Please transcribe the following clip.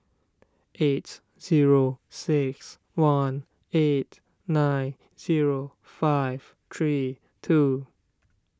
eight zero six one eight nine zero five three two